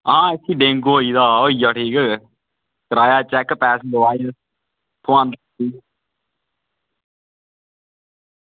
आं इसी डेंगू होई दा हा होइया ठीक कराया चैक ते दोआई लेई